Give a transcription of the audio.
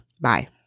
Bye